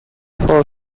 four